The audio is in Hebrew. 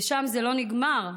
ושם זה לא נגמר.